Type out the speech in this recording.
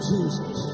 Jesus